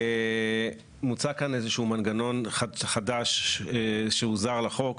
מוצע כאן איזשהו מנגנון חדש שהוא זר לחוק,